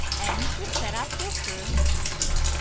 and we've set up your first customer.